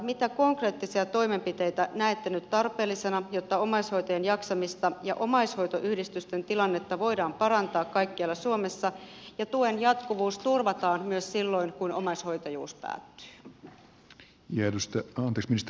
mitä konkreettisia toimenpiteitä näette nyt tarpeellisina jotta omaishoitajien jaksamista ja omaishoitoyhdistysten tilannetta voidaan parantaa kaikkialla suomessa ja tuen jatkuvuus turvataan myös silloin kun omaishoitajuus päättyy